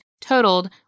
totaled